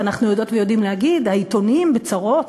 ואנחנו יודעות ויודעים להגיד: העיתונים בצרות,